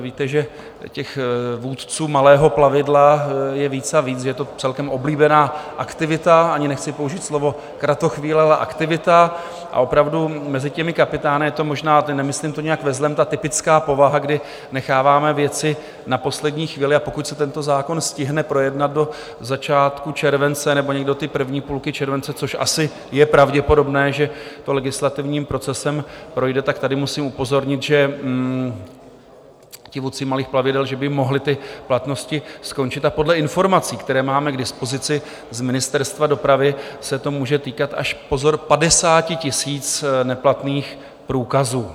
Víte, že vůdců malého plavidla je víc a víc, je to celkem oblíbená aktivita, ani nechci použít slovo kratochvíle a aktivita, a opravdu mezi těmi kapitány je to možná a teď nemyslím to nijak ve zlém ta typická povaha, kdy necháváme věci na poslední chvíli, a pokud se tento zákon stihne projednat do začátku července nebo někdy do první půlky července, což asi je pravděpodobné, že to legislativním procesem projde, tak tady musím upozornit, že ti vůdci malých plavidel, že by mohly ty platnosti skončit, a podle informací, které máme k dispozici z Ministerstva dopravy, se to může týkat až pozor 50 000 neplatných průkazů.